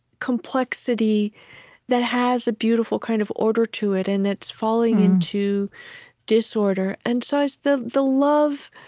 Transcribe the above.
complexity that has a beautiful kind of order to it. and it's falling into disorder. and so the the love,